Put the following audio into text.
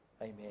Amen